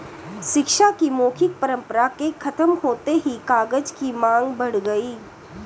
शिक्षा की मौखिक परम्परा के खत्म होते ही कागज की माँग बढ़ गई